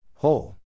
Hole